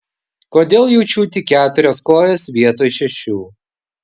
kodėl jaučiu tik keturias kojas vietoj šešių